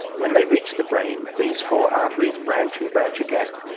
when they reach the brain, these four arteries branch and branch again,